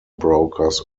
brokers